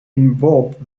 involved